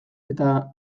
eta